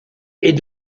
est